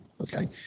Okay